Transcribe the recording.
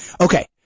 Okay